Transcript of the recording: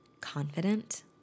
confident